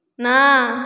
ନା